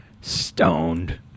stoned